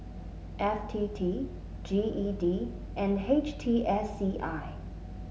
F T T G E D and H T S C I